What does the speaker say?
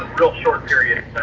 real short period